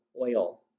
oil